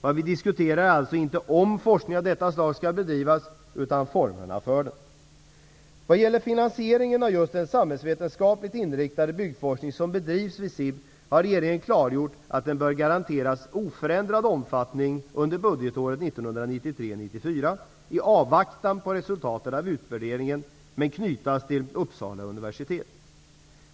Vad vi diskuterar är alltså inte om forskning av detta slag skall bedrivas utan formerna för den. Vad gäller finansieringen av just den samhällsvetenskapligt inriktade byggforskning som bedrivs vid SIB har regeringen klargjort att den bör garanteras oförändrad omfattning under budgetåret 1993/94 i avvaktan på resultatet av utvärderingen men knytas till Uppsala universitet.